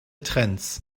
trends